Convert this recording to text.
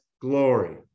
glory